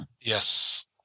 Yes